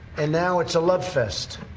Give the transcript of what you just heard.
and now it's a love fest.